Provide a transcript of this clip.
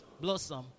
blossom